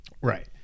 right